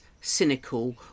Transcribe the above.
cynical